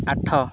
ଆଠ